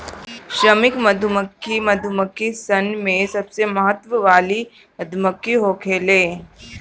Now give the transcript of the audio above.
श्रमिक मधुमक्खी मधुमक्खी सन में सबसे महत्व वाली मधुमक्खी होखेले